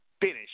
finish